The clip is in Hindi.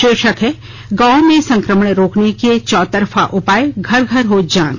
शीर्षक है गांवों में संक्रमण रोकने के चौतरफा उपाय घर घर हो जांच